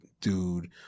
dude